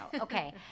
Okay